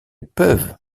peuvent